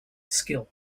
skill